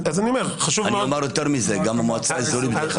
אני אומר יותר מזה, גם המועצה האזורית.